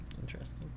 Interesting